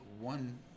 one